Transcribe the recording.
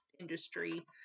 industry